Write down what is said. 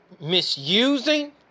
misusing